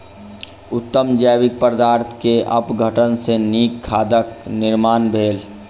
उत्तम जैविक पदार्थ के अपघटन सॅ नीक खादक निर्माण भेल